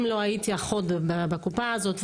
אם לא היית אחות בקופה הזו,